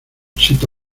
sito